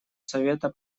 совета